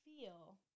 feel